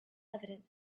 evident